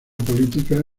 política